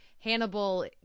Hannibal